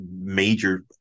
major